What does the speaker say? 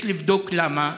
יש לבדוק למה.